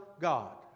God